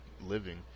living